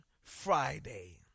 Friday